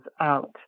out